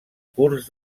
curs